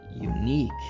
unique